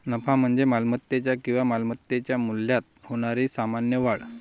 नफा म्हणजे मालमत्तेच्या किंवा मालमत्तेच्या मूल्यात होणारी सामान्य वाढ